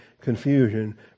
confusion